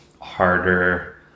harder